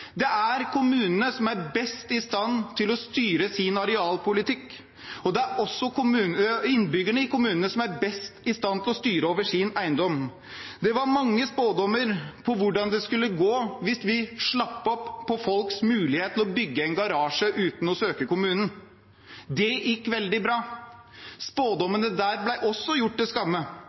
Det er kommunene som er best i stand til å styre sin arealpolitikk, og det er innbyggerne i kommunene som er best i stand til å styre over sin eiendom. Det var mange spådommer om hvordan det skulle gå hvis vi slapp opp på folks mulighet til å bygge en garasje uten å søke kommunen. Det gikk veldig bra. Spådommene der ble også gjort til skamme,